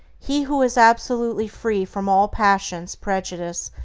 he who is absolutely free from all passion, prejudice,